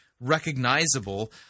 recognizable